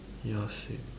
ya same